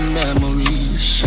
memories